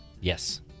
Yes